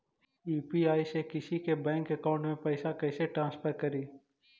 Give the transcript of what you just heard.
UPI से किसी के बैंक अकाउंट में पैसा कैसे ट्रांसफर करी?